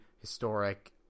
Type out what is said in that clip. historic